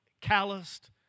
calloused